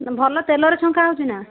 ଭଲ ତେଲରେ ଛଙ୍କା ହେଉଛି ନା